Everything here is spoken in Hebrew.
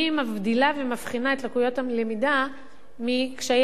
אני מבחינה בין לקויות הלמידה לקשיי